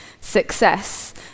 success